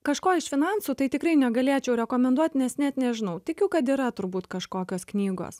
kažko iš finansų tai tikrai negalėčiau rekomenduot nes net nežinau tikiu kad yra turbūt kažkokios knygos